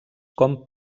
com